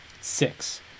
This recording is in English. Six